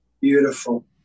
beautiful